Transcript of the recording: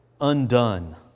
undone